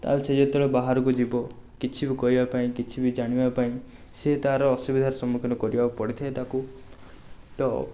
ତାହେଲେ ସିଏ ଯେତେବେଳେ ବାହାରକୁ ଯିବ କିଛି ବି କହିବାପାଇଁ କିଛି ବି ଜାଣିବାପାଇଁ ସିଏ ତାର ଅସୁବିଧାର ସମ୍ମୁଖୀନ କରିବାକୁ ପଡ଼ିଥାଏ ତାକୁ ତ